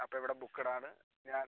അപ്പോൾ ഇവിടെ ബുക്ക്ഡ് ആണ് ഞാൻ